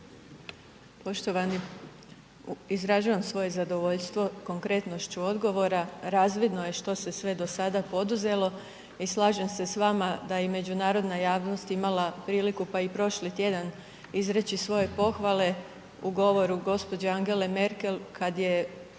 Poštovani, izražavam svoje zadovoljstvo konkretnošću odgovora, razvidno je što se sve do sada poduzelo i slažem s vama da je i međunarodna javnost imala priliku pa i prošli tjedan izreći svoje pohvale u govoru gđe. Angele Merkel kad je